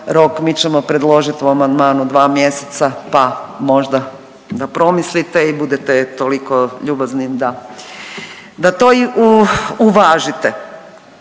mi ćemo predložit u amandmanu 2 mjeseca, pa možda da promislite i budete toliko ljubazni da, da to uvažite